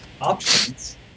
Options